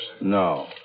No